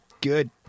Good